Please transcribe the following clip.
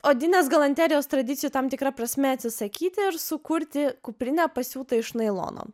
odinės galanterijos tradicijų tam tikra prasme atsisakyti ir sukurti kuprinę pasiūtą iš nailono